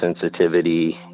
sensitivity